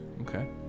Okay